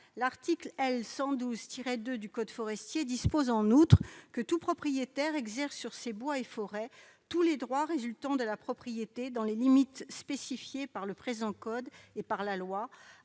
L'article L. 112-2 du code forestier dispose en outre :« Tout propriétaire exerce sur ses bois et forêts tous les droits résultant de la propriété dans les limites spécifiées par le présent code et par la loi,